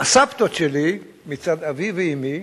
הסבתות שלי מצד אבי ואמי,